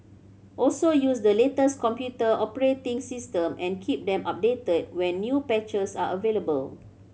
also use the latest computer operating system and keep them updated when new patches are available